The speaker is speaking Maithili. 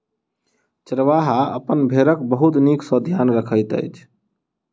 चरवाहा अपन भेड़क बहुत नीक सॅ ध्यान रखैत अछि